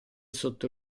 sotto